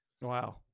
Wow